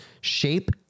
shape